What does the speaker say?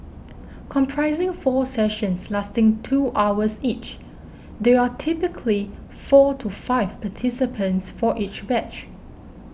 comprising four sessions lasting two hours each there are typically four to five participants for each batch